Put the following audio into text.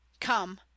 Come